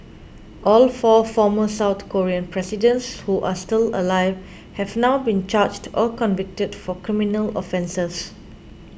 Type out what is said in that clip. all four former South Korean presidents who are still alive have now been charged or convicted for criminal offences